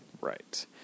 Right